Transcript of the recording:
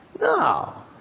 No